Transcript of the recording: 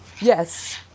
Yes